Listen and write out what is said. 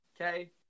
Okay